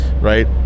right